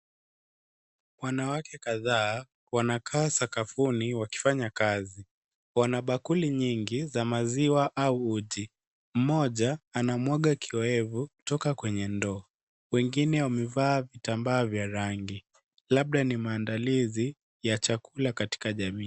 Wanawake kadhaa wanakaa sakafuni wakifanya kazi. Wana bakuli nyingi za maziwa au uji. Mmoja anamwaga kiyoyevu toka kwenye ndoo. Wengine wamevaa vitambaa vya rangi. Labda ni maandalizi ya chakula katika jamii.